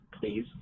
please